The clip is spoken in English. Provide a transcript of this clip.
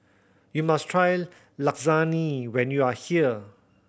you must try Lasagne when you are here